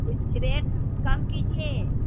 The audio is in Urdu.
کچھ ریٹ کم کیجیے